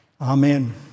Amen